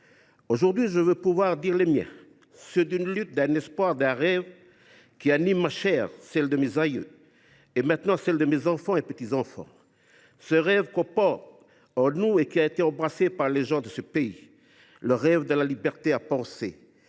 Aujourd’hui, je veux pouvoir dire les miens, ceux d’une lutte, d’un espoir, d’un rêve qui anime ma chair, celle de mes aïeux, et maintenant celle de mes enfants et petits enfants. Ce rêve qu’on porte en nous et qui a été embrassé par les gens de ce pays : le rêve de la liberté de penser,